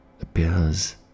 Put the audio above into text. appears